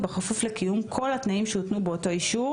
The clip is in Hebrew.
ובכפוף לקיום כל התנאים שהותנו באותו אישור